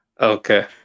Okay